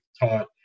taught